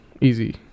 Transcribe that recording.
easy